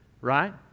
Right